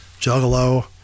Juggalo